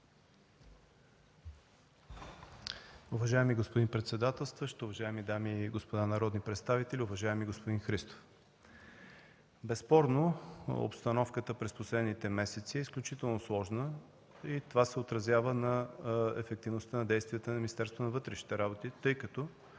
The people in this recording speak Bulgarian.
Уважаеми господин председателстващ, уважаеми дами и господа народни представители! Уважаеми господин Христов, безспорно обстановката през последните месеци е изключително сложна и това се отразява на ефективността на действията на Министерството